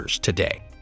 today